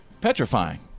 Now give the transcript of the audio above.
Petrifying